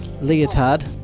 leotard